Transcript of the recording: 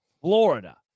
Florida